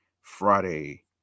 Friday